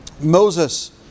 Moses